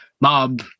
mob